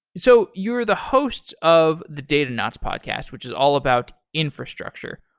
so you're the hosts of the datanauts podcast, which is all about infrastructure.